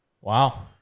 wow